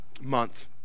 month